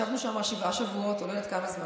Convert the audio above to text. ישבנו שם שבעה שבועות או לא יודעת כמה זמן.